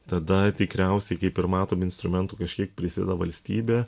tada tikriausiai kaip ir matom instrumentų kažkiek prisideda valstybė